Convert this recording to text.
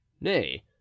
Nay